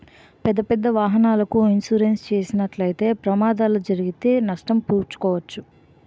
పెద్దపెద్ద వాహనాలకు ఇన్సూరెన్స్ చేసినట్లయితే ప్రమాదాలు జరిగితే నష్టం పూడ్చుకోవచ్చు